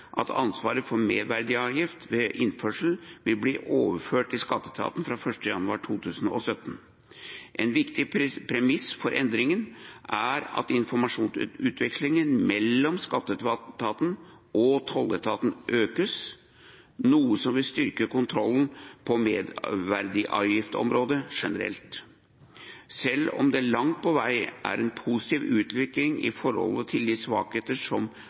at ansvaret for merverdiavgift ved innførsel vil bli overført til skatteetaten fra 1. januar 2017. En viktig premiss for endringen er at informasjonsutvekslingen mellom skatteetaten og tolletaten økes, noe som vil styrke kontrollen på merverdiavgiftsområdet generelt. Selv om det langt på vei er en positiv utvikling i forhold til de svakhetene som